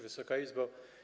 Wysoka Izbo!